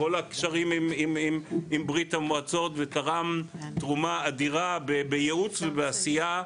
בכל הקשרים עם ברה"מ ותרם תרומה אדירה בייעוץ ועשייה.